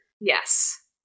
Yes